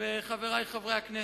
וחברי חברי הכנסת,